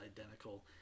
identical